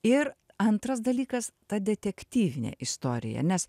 ir antras dalykas ta detektyvinė istorija nes